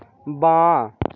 বাঁ